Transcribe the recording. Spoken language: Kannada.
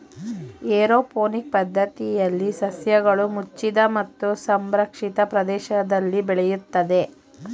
ಏರೋಪೋನಿಕ್ ಪದ್ಧತಿಯಲ್ಲಿ ಸಸ್ಯಗಳು ಮುಚ್ಚಿದ ಮತ್ತು ಸಂರಕ್ಷಿತ ಪ್ರದೇಶದಲ್ಲಿ ಬೆಳೆಯುತ್ತದೆ